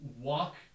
walk